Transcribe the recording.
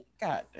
God